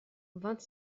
vingt